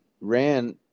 ran –